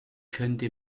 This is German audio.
könnte